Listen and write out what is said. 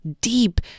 deep